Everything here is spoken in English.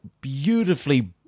beautifully